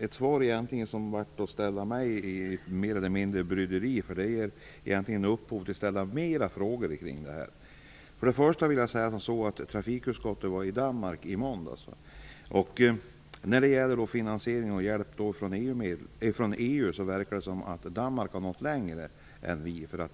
ett svar som lämnade mig i bryderi. Det gav upphov till flera frågor. Trafikutskottet var i Danmark i måndags. När det gäller finansiering och hjälp från EU verkar det som att Danmark har nått längre än vad vi har gjort.